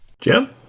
Jim